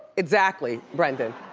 exactly, brendan.